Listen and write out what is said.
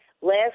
Last